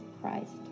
Christ